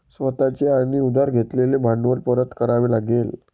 स्वतः चे आणि उधार घेतलेले भांडवल परत करावे लागेल